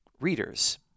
readers